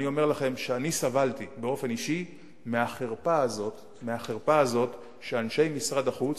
אני אומר לכם שאני סבלתי באופן אישי מהחרפה הזאת שאנשי משרד החוץ,